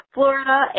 Florida